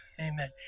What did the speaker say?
Amen